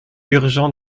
urgent